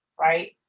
right